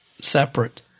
separate